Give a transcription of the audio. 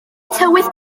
tywydd